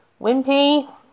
wimpy